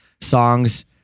songs